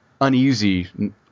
uneasy